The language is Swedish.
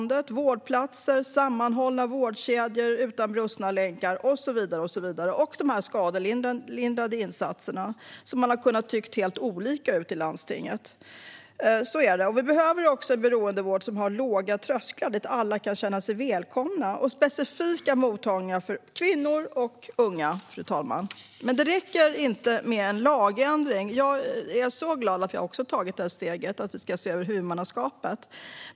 Och det handlar om vårdplatser, sammanhållna vårdkedjor utan brustna länkar och så vidare. Det handlar även om de skadelindrande insatserna, som man har kunnat tycka helt olika om ute i landstingen. Fru talman! Vi behöver en beroendevård som har låga trösklar, där alla kan känna sig välkomna. Och vi behöver specifika mottagningar för kvinnor och unga. Det räcker dock inte med en lagändring. Jag är glad att vi också har tagit steget att se över huvudmannaskapet.